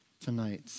tonight